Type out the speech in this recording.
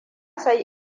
sayi